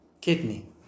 Kidney